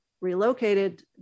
relocated